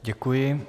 Děkuji.